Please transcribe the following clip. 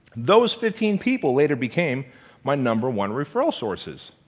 those fifteen people later became my number one referral sources.